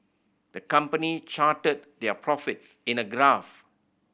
the company charted their profits in a graph